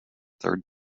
third